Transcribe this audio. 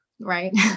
Right